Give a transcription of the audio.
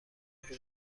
روزی